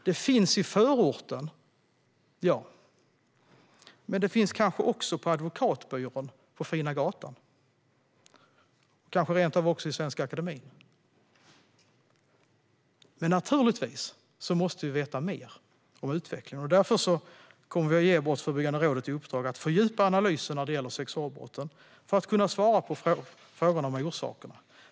Det finns i förorten - ja - men det finns kanske också på advokatbyrån på fina gatan. Det finns kanske rent av i Svenska Akademien också. Naturligtvis måste vi veta mer om utvecklingen. Därför kommer vi att ge Brottsförebyggande rådet i uppdrag att fördjupa analysen när det gäller sexualbrotten för att kunna svara på frågorna om orsakerna.